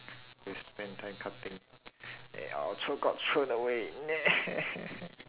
we spend time cutting and all throw got thrown away